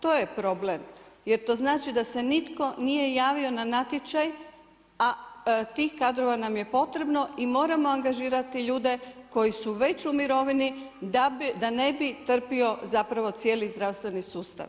To je problem, jer to znači da se nitko nije javio na natječaj, a tih kadrova nam je potrebno i moramo angažirati ljude koji su već u mirovini da ne bi trpio cijeli zdravstveni sustav.